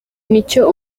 nicyo